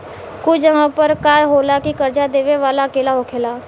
कुछ जगह पर का होला की कर्जा देबे वाला अकेला होखेला